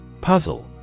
Puzzle